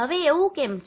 હવે એવું કેમ છે